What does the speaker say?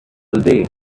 day